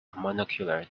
monocular